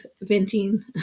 venting